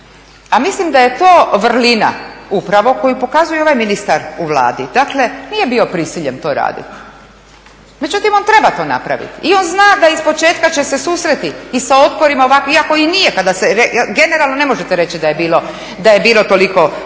A mislim da je to vrlina upravo koju pokazuje i ovaj ministar u Vladi, dakle nije bio prisiljen to raditi. Međutim, on treba to napraviti i on zna da ispočetka će se susresti i sa otporima ovakvim iako i nije kada se, generalno ne možete reći da je bilo toliko